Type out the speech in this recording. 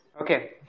Okay